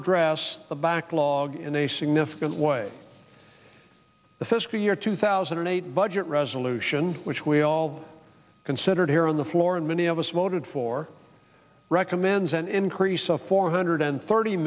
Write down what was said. address the backlog in a significant way the fiscal year two thousand and eight budget resolution which we all considered here on the floor and many of us voted for recommends an increase of four hundred thirty